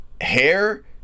hair